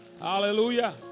Hallelujah